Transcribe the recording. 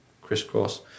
crisscross